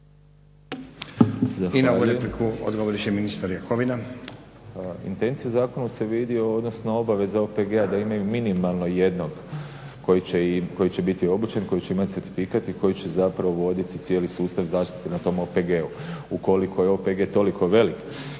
Jakovina. **Jakovina, Tihomir (SDP)** Pa intencija u zakonu se vidi, odnosno obaveza OPG-a da imaju minimalno jednog koji će biti obučen, koji će imati certifikat i koji će zapravo voditi cijeli sustav zaštite na tom OPG-u. Ukoliko je OPG toliko velik